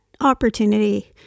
opportunity